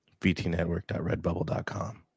vtnetwork.redbubble.com